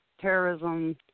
terrorism